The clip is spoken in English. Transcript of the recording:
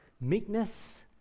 Meekness